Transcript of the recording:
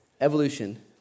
Evolution